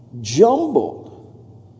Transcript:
jumbled